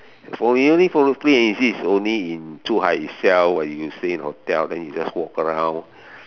for free and easy is only in Zhuhai itself when you stay in hotel then you just walk around